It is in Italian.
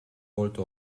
volte